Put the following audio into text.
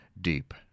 deep